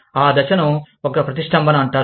ఆ దశను ఒక ప్రతిష్టంభన అంటారు